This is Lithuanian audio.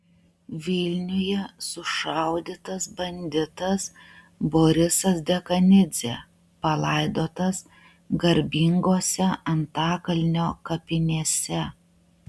vilniuje sušaudytas banditas borisas dekanidzė palaidotas garbingose antakalnio kapinėse